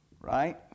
Right